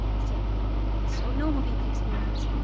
still, this is what normal people experience.